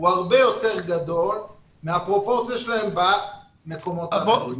הוא הרבה יותר גדול מהפרופורציה שלהן במקומות אחרים.